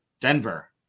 Denver